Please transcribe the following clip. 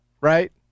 right